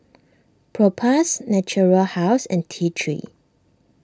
Propass Natura House and T three